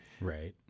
Right